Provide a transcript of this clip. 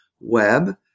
web